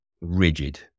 rigid